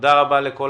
תודה רבה לכל